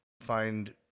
find